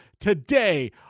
today